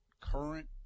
current